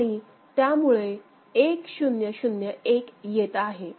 आणि त्यामुळे 1001 येत आहे